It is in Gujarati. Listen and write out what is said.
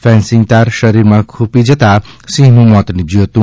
ફેન્સિંગ તાર શરીરમાં ખૂપી જતા સિંહનું મોત નિપજ્યું હતું